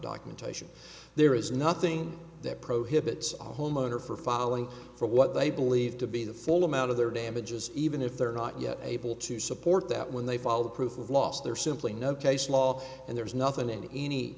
documentation there is nothing that prohibits a homeowner for filing for what they believe to be the full amount of their damages even if they're not yet able to support that when they fall the proof of loss there simply no case law and there is nothing